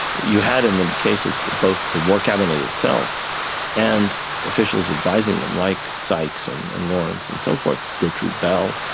you had in the case of both the war cabinet itself and officials advising them, like sykes and and lawrence and so forth, gertrude bell,